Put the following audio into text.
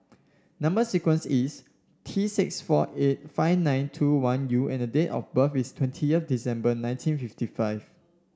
number sequence is T six four eight five nine two one U and date of birth is twentieth December nineteen fifty five